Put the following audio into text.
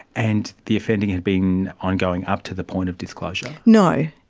and the offending had been ongoing up to the point of disclosure? no,